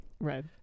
Right